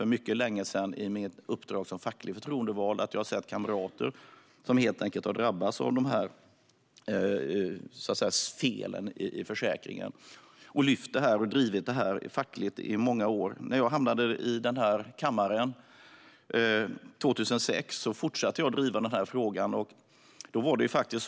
Jag har personligen i mitt uppdrag som fackligt förtroendevald sett kamrater som har drabbats av dessa fel i försäkringen, och jag har lyft fram och drivit denna fråga fackligt i många år. När jag hamnade i denna kammare 2006 fortsatte jag att driva denna fråga.